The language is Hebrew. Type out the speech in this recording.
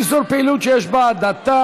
איסור פעילות שיש בה הדתה,